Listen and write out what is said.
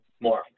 more